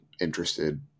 interested